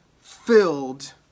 filled